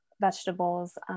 vegetables